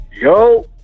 Yo